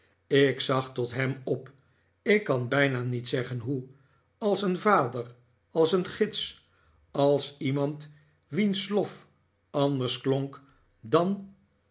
ik zag tot hem op ik kan bijna niet zeggen hoe als een vader als een gids als iemand wiens lof anders klonk dan